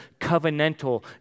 covenantal